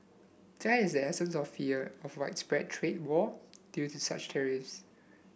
that is essence of fear of widespread trade war due to such tariffs